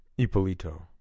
Ippolito